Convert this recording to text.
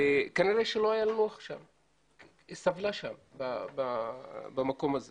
וכנראה שלא היה לה נוח שם, סבלה שם במקום הזה